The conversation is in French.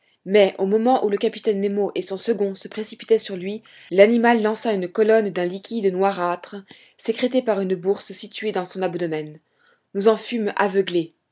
mais au moment où le capitaine nemo et son second se précipitaient sur lui l'animal lança une colonne d'un liquide noirâtre sécrété par une bourse située dans son abdomen nous en fûmes aveuglés